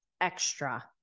extra